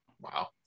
Wow